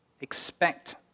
Expect